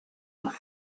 los